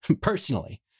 personally